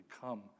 come